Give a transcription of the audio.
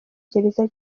gereza